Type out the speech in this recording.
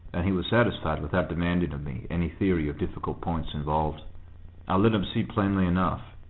and he was satisfied without demanding of me any theory of difficult points involved. i let him see plainly enough,